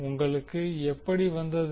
உங்களுக்கு எப்படி வந்தது